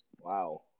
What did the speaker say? Wow